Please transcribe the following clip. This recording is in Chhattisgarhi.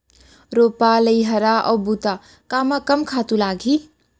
रोपा, लइहरा अऊ बुता कामा कम खातू लागही?